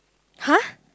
[huh]